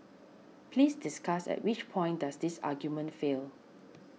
please discuss at which point does this argument fail